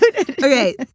Okay